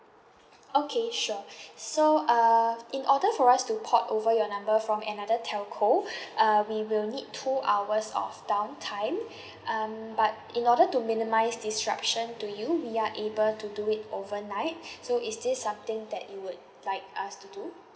okay sure so uh in order for us to port over your number from another telco uh we will need two hours of down time um but in order to minimise disruption to you we are able to do it overnight so is this something that you would like us to do